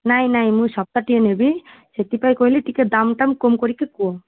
ନାଇଁ ନାଇଁ ମୁଁ ସପ୍ତଟିଏ ନେବି ସେଥିପାଇଁ ମୁଁ କହିଲି ଟିକେ ଦାମଟା କମ କରିକି କୁହ